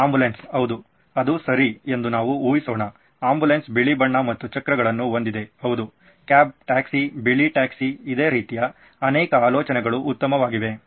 ambulance ಹೌದು ಅದು ಸರಿ ಎಂದು ನಾವು ಊಹಿಸೋಣ ಆಂಬ್ಯುಲೆನ್ಸ್ ಬಿಳಿ ಬಣ್ಣ ಮತ್ತು ಚಕ್ರಗಳನ್ನು ಹೊಂದಿದೆ ಹೌದು ಕ್ಯಾಬ್ ಟ್ಯಾಕ್ಸಿ ಬಿಳಿ ಟ್ಯಾಕ್ಸಿ ಇದೇ ರೀತಿಯ ಆನೇಕ ಅಲೋಚನೆಗಳು ಉತ್ತಮವಾಗಿವೆ